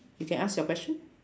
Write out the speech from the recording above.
you can ask you question